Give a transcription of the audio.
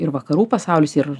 ir vakarų pasaulis ir